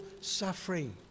suffering